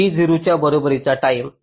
T 0 च्या बरोबरीचा time